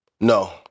No